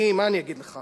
אני, מה אני אגיד לך?